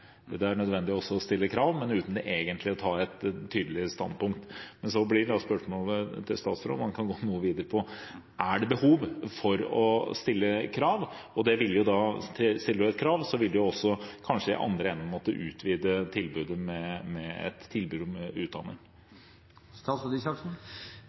det er nødvendig å stille krav, men uten egentlig å ta et tydelig standpunkt. Så blir det videre spørsmålet til statsråden: Er det behov for å stille krav? Stiller man krav, må man i den andre enden kanskje måtte utvide med tilbud om utdanning. Ja, det er krav til skoleledere i dag, bare så